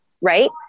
right